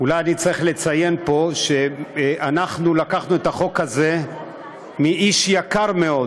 אולי אני צריך לציין פה שאנחנו לקחנו את החוק הזה מאיש יקר מאוד,